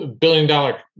Billion-dollar